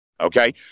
okay